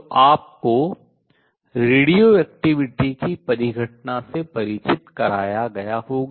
तो आपको रेडियोधर्मिता की परिघटना से परिचित कराया गया होगा